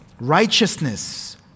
Righteousness